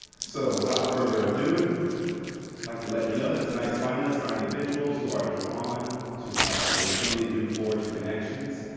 so without further ado like to let you know that tonight's finalists are individuals who are drawn to help. they truly do forge connections,